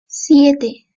siete